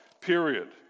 period